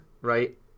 Right